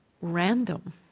random